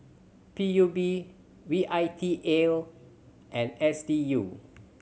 P U B V I T L and S D U